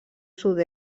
sud